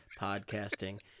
podcasting